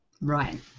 Right